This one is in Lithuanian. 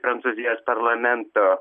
prancūzijos parlamento